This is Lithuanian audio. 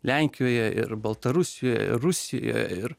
lenkijoje ir baltarusijoje rusijoje ir